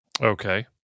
Okay